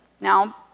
Now